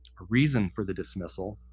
a reason for the dismissal,